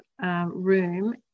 room